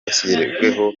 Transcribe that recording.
bashyiriweho